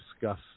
discuss